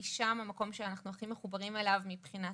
כי שם זה המקום שאנחנו הכי מחוברים אליו מבחינת